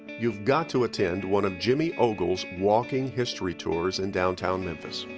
you've got to attend one of jimmy ogle's walking history tours in downtown memphis.